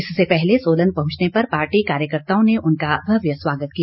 इससे पूर्व सोलन पहुंचने पर पार्टी कार्यकताओं ने उनका भव्य स्वागत किया